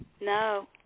No